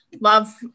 love